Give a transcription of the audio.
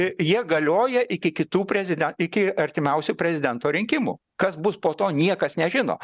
jie galioja iki kitų prezide iki artimiausių prezidento rinkimų kas bus po to niekas nežino